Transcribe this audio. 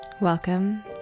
Welcome